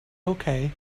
okay